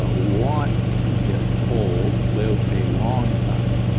ah want to get old, live a long time,